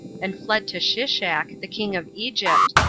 and fled to shishak, the king of egypt,